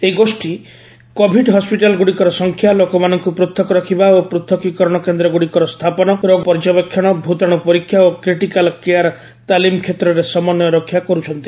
ଏହି ଗୋଷ୍ଠୀ କୋଭିଡ୍ ହସିଟାଲ୍ଗୁଡ଼ିକର ସଂଖ୍ୟା ଲୋକମାନଙ୍କୁ ପୃଥକ ରଖିବା ଓ ପୂଥକୀକରଣ କେନ୍ଦ୍ରଗୁଡ଼ିକର ସ୍ଥାପନ ରୋଗ ପର୍ଯ୍ୟବେକ୍ଷଣ ଭୂତାଣୁ ପରୀକ୍ଷା ଓ କ୍ରିଟିକାଲ୍ କେୟାର୍ ତାଲିମ କ୍ଷେତ୍ରରେ ସମନ୍ୱୟ ରକ୍ଷା କର୍ରଛନ୍ତି